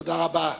תודה רבה.